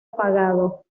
apagado